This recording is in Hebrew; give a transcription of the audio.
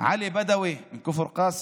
עלי בדווי מכפר קאסם,